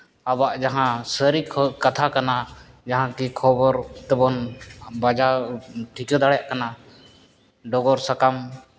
ᱟᱵᱚᱣᱟᱜ ᱡᱟᱦᱟᱸ ᱥᱟᱹᱨᱤ ᱠᱟᱛᱷᱟ ᱠᱟᱱᱟ ᱡᱟᱦᱟᱸ ᱠᱤ ᱠᱷᱚᱵᱚᱨ ᱛᱮᱵᱚᱱ ᱵᱟᱡᱟᱣ ᱴᱷᱤᱠᱟᱹ ᱫᱟᱲᱮᱭᱟᱜ ᱠᱟᱱᱟ ᱰᱚᱜᱚᱨ ᱥᱟᱠᱟᱢ